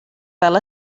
fel